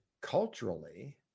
culturally